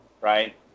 right